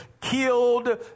killed